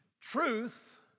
Truth